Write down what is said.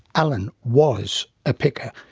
alan was a picker.